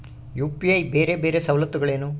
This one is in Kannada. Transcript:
ಯು.ಪಿ.ಐ ಬೇರೆ ಬೇರೆ ಸವಲತ್ತುಗಳೇನು?